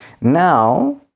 Now